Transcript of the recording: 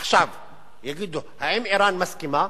עכשיו יגידו: האם אירן מסכימה?